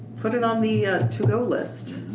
put it on the to go list.